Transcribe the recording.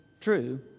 true